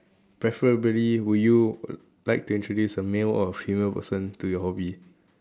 preferably would you like to introduce a male or female person to your hobby